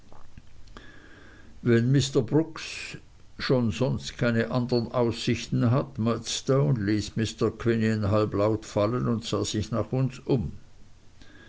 wenn brooks schon sonst keine andern aussichten hat murdstone ließ mr quinion halblaut fallen und sah sich nach uns um